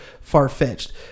far-fetched